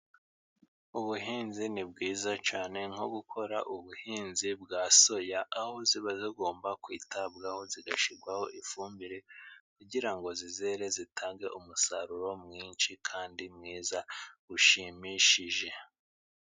Ubuhinzi ni bwiza cyane nko gukora ubuhinzi bwa soya, aho ziba zigomba kwitabwaho zigashyirwaho ifumbire, kugira ngo zizere zitange umusaruro mwinshi kandi mwiza ushimishije.